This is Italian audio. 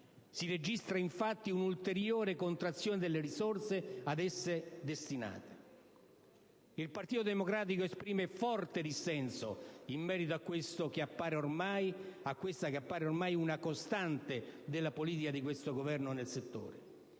Si registra infatti un'ulteriore contrazione delle risorse ad essa destinate. Il Partito Democratico esprime forte dissenso in merito a quella che appare ormai una costante della politica di questo Governo nel settore.